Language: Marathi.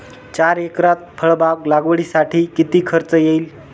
चार एकरात फळबाग लागवडीसाठी किती खर्च येईल?